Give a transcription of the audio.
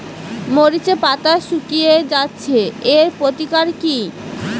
মরিচের পাতা শুকিয়ে যাচ্ছে এর প্রতিকার কি?